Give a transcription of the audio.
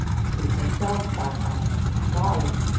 suit yourself, bartol. sorry.